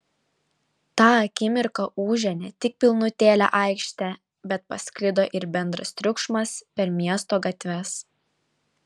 tą akimirką ūžė ne tik pilnutėlė aikštė bet pasklido ir bendras triukšmas per miesto gatves